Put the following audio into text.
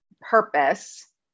purpose